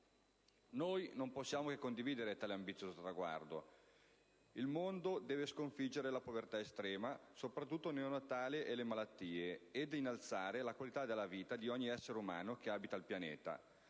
Noi non possiamo che condividere tale ambizioso traguardo: il mondo deve sconfiggere la povertà estrema - soprattutto neonatale - e le malattie e innalzare la qualità della vita di ogni essere umano che abita il Pianeta;